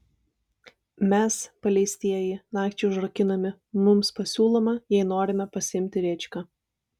mes paleistieji nakčiai užrakinami mums pasiūloma jei norime pasiimti rėčką